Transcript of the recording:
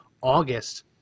August